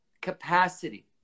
capacity